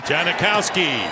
Janikowski